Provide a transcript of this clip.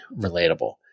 relatable